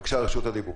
בבקשה, לך רשות הדיבור.